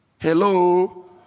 Hello